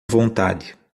vontade